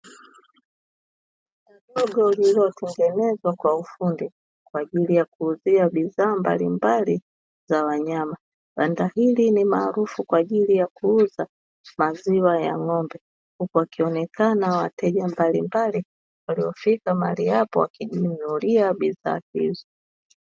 Banda dogo lililotengenezwa kwa ufundi kwa ajili ya kuuzia bidhaa mbalimbali za wanyama, banda hili ni kwaajili ya kuuza maziwa ya ng'ombe, huku wakionekana wateja mbalimbali waliofika mahali hapo wakijinunulia bidhaa hizo.